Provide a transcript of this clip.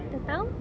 tak tahu